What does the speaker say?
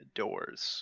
doors